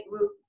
route